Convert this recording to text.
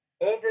over